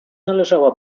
należała